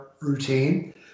routine